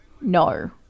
No